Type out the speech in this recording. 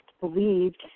believed